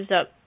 up